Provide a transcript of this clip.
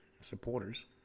supporters